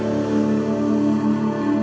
or